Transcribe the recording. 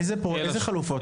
אילו חלופות היו?